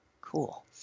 Cool